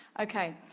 Okay